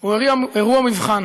הוא אירוע מבחן